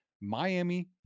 Miami